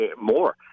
more